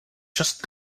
just